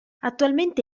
attualmente